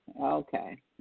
Okay